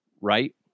Right